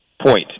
point